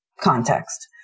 context